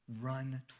Run